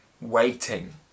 waiting